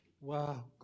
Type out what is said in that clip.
Wow